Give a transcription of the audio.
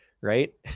right